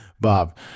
Bob